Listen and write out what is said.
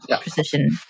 Precision